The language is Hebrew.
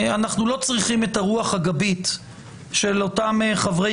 אנחנו לא צריכים את הרוח הגבית של אותם חברי